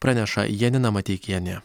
praneša janina mateikienė